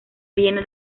viene